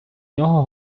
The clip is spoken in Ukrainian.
нього